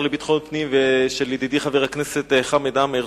לביטחון הפנים ושל ידידי חבר הכנסת חמד עמאר,